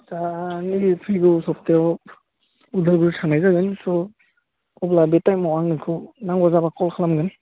दा नैबे फैगौ सप्तायाव अदालगुरि थांनाय जागोन त' अब्ला बे टाइमआव आं नोंखौ नांगौ जाबा कल खालामगोन